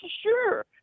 sure